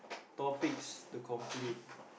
topics to complete